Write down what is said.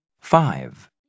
Five